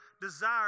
desire